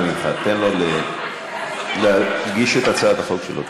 אנא ממך, תן לו להגיש את הצעת החוק שלו.